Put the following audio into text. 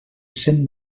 cent